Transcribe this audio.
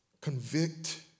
convict